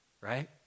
right